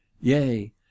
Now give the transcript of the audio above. yea